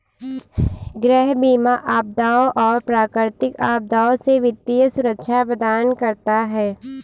गृह बीमा आपदाओं और प्राकृतिक आपदाओं से वित्तीय सुरक्षा प्रदान करता है